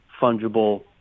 fungible